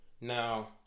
Now